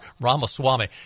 Ramaswamy